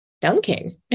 dunking